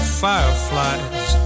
fireflies